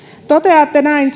toteatte näin